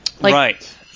Right